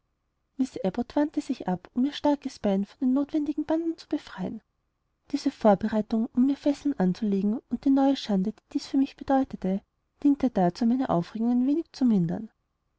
wandte sich ab um ein starkes bein von den notwendigen banden zu befreien diese vorbereitungen um mir fesseln anzulegen und die neue schande die dies für mich bedeutete diente dazu meine aufregung ein wenig zu mindern